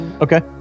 Okay